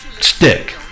stick